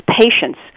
patience